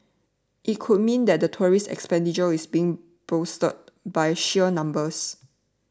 it could mean that tourist expenditure is being bolstered by sheer numbers